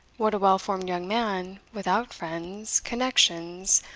what a well-informed young man, without friends, connections,